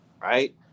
right